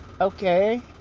Okay